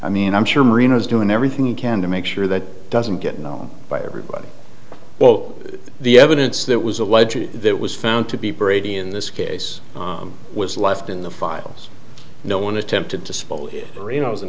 i mean i'm sure marina is doing everything it can to make sure that doesn't get known by everybody well the evidence that was allegedly that was found to be brady in this case was left in the files no one attempted to